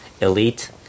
Elite